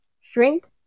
shrink